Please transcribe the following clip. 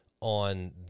on